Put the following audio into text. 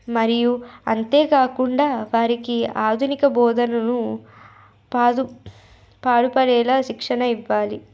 మరియు అంతేకాకుండా వారికి ఆధునిక బోధనను పాటు పాటుపడేలా శిక్షణ ఇవ్వాలి